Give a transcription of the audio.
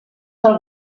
del